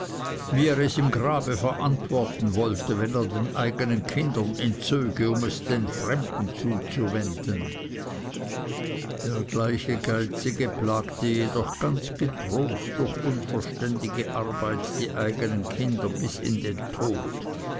wie er es im grabe verantworten wollte wenn er den eigenen kindern entzöge um es fremden zuzuwenden der gleiche geizige plagte jedoch ganz getrost durch unverständige arbeit die eigenen kinder bis in den tod